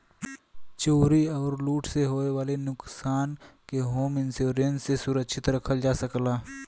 चोरी आउर लूट से होये वाले नुकसान के होम इंश्योरेंस से सुरक्षित रखल जा सकला